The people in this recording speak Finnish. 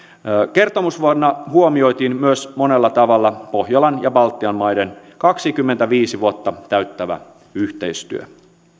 kertomusvuonna huomioitiin myös monella tavalla pohjolan ja baltian maiden kaksikymmentäviisi vuotta täyttävä yhteistyö